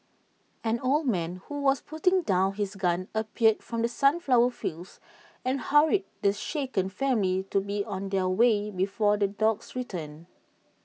an old man who was putting down his gun appeared from the sunflower fields and hurried the shaken family to be on their way before the dogs return